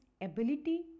ability